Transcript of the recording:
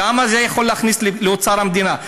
כמה זה יכול להכניס לאוצר המדינה?